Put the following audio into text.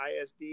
ISD